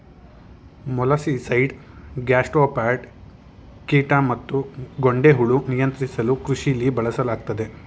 molluscicide gastropod ಕೀಟ ಮತ್ತುಗೊಂಡೆಹುಳು ನಿಯಂತ್ರಿಸಲುಕೃಷಿಲಿ ಬಳಸಲಾಗ್ತದೆ